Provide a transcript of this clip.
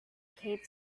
cape